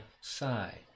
side